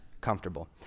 comfortable